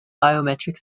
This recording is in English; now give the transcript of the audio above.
biometric